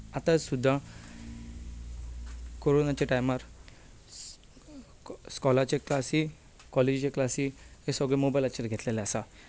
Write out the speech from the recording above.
आतां सुद्धां कोरोनाच्या टायमार इश्कोलाचे क्लासी कॉलेजची क्लासी हे सगळ्यो मोबायलाचेर घेतिल्यो आसात